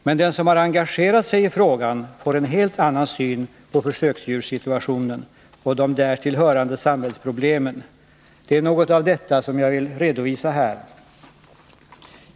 Men den som har engagerat sig i frågan får en helt annan syn på försöksdjursituationen och de därtill hörande samhällsproblemen. Det är något av detta jag vill redovisa här.